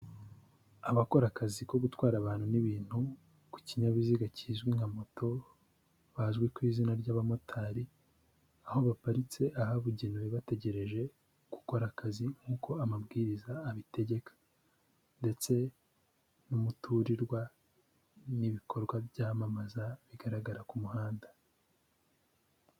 Abakora akazi ko gutwara abantu n'ibintu ku kinyabiziga kizwi nka moto bazwi ku izina ry'abamotari, aho baparitse ahabugenewe bategereje gukora akazi nk'uko amabwiriza abitegeka ndetse n'umuturirwa n'ibikorwa byamamaza bigaragara ku muhanda.